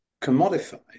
commodified